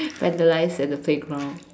vandalise at the playground